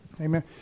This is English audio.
Amen